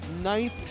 ninth